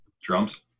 Drums